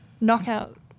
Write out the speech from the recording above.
Knockout